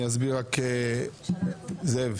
הצעת חוק יישום תוכנית ההתנתקות (תיקון מס' 7)